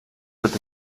wird